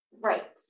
Right